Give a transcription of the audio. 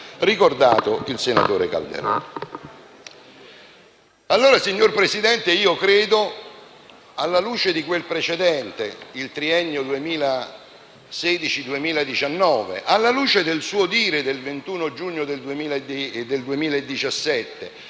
ricordato dal senatore Calderoli.